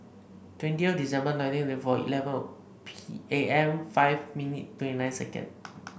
twenty December nineteen thirty four eleven P A M five minute twenty nine second